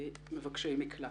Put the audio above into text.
מבקשי מקלט